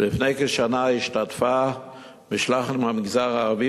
ולפני כשנה השתתפה משלחת מהמגזר הערבי